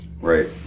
Right